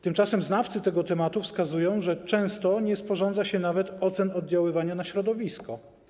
Tymczasem znawcy tego tematu wskazują, że często nie sporządza się nawet ocen oddziaływania na środowisko.